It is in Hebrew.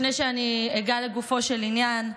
לפני שאני אגע בגופו של עניין,